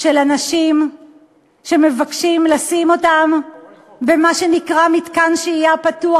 של אנשים שמבקשים לשים אותם במה שנקרא "מתקן שהייה פתוח",